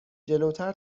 جلوتر